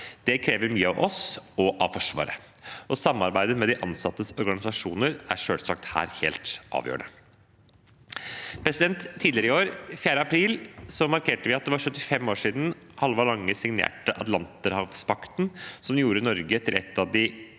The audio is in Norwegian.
Det krever mye av oss og av Forsvaret, og samarbeidet med de ansattes organisasjoner er selvsagt helt avgjørende her. Tidligere i år, 4. april, markerte vi at det var 75 år siden Halvard Lange signerte Atlanterhavspakten, som gjorde Norge til et av de